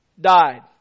died